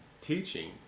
teaching